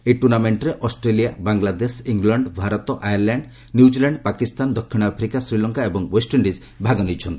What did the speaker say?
ଏହି ଟୁର୍ଣ୍ଣାମେଣ୍ଟରେ Australia Bangladesh England Bharat Ireland New Zealand Pakistan ଦକ୍ଷିଣ ଆଫ୍ରିକା ଶ୍ରୀଲଙ୍କା ଏବଂ ୱେଷ୍ଟଇଣ୍ଡିଜ୍ ଭାଗ ନେଇଛନ୍ତି